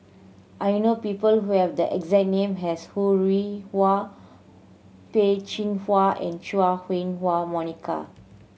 I know people who have the exact name as Ho Rih Hwa Peh Chin Hua and Chua Huwa Monica